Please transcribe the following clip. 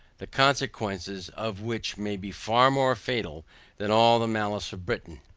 the consequences of which may be far more fatal than all the malice of britain.